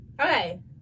Okay